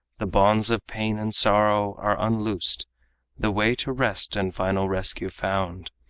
the bonds of pain and sorrow are unloosed the way to rest and final rescue found.